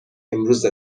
امروز